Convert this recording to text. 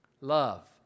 Love